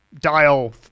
dial